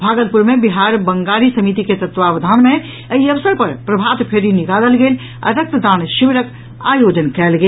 भागलपुर मे बिहार बंगाली समिति के तत्वावधान मे एहि अवसर पर प्रभात फेरी निकालल गेल आ रक्तदान शिविरक आयोजन कयल गेल